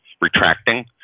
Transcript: retracting